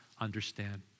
understand